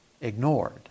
ignored